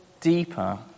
deeper